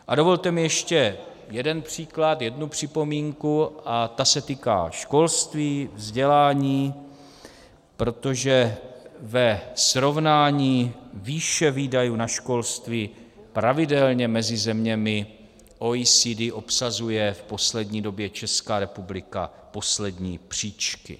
A dovolte mi ještě jeden příklad, jednu připomínku a ta se týká školství, vzdělání, protože ve srovnání výše výdajů na školství pravidelně mezi zeměmi OECD obsazuje v poslední době Česká republika poslední příčky.